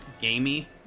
gamey